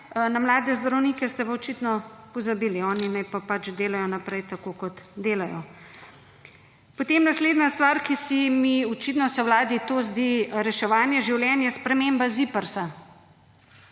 na mlade zdravnike ste pa očitno pozabili, oni naj pa pač delajo naprej tako kot delajo. Potem naslednja stvar, ki se mi, očitno se vladi to zdi reševanje življenj, je sprememba ZIPRS-a.